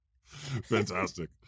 Fantastic